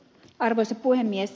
arvoisa puhemies